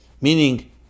Meaning